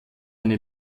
eine